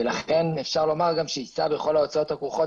לכן גם אפשר לומר "שיישא בכל ההוצאות הכרוכות